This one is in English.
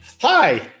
Hi